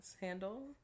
handle